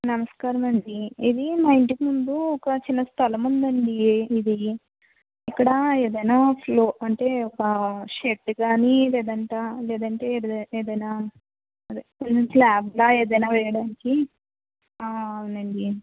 నమస్కారం అండి ఇది మా ఇంటిముందు ఒక చిన్న స్థలము ఉందండి ఇది ఇక్కడ ఏదన్న ఒక స్లో అంటే ఒక షెడ్డు కానీ లేదంటా లేదంటే ఎడ ఏదన్న అదే కొంచెం స్లాప్లాగ ఏదన్న వేయడానికీ ఆ అవునండి